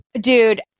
Dude